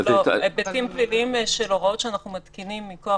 היבטים פליליים של הוראות שאנחנו מתקינים מכוח